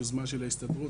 יוזמה של ההסתדרות.